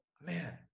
man